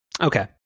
Okay